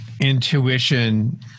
intuition